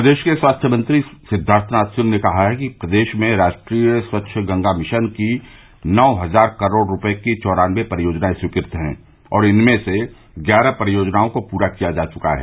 प्रदेश के स्वास्थ्य मंत्री सिद्वार्थनाथ सिंह ने कहा है कि प्रदेश में राष्ट्रीय स्वच्छ गंगा मिशन की नौ हजार करोड़ रूपये की चौरानवे परियोजनाएं स्वीकृत है और इनमें से ग्यारह परियोजनाओं को पूरा किया जा चुका है